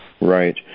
Right